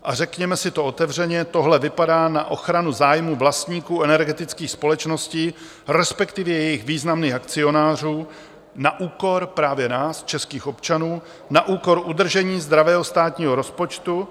A řekněme si to otevřeně, tohle vypadá na ochranu zájmu vlastníků energetických společností, respektive jejich významných akcionářů, na úkor právě nás, českých občanů, na úkor udržení zdravého státního rozpočtu.